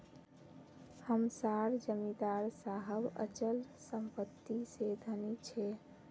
हम सार जमीदार साहब अचल संपत्ति से धनी छे